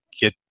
get